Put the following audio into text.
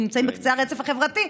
שנמצאים בקצה הרצף החברתי,